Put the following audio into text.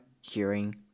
hearing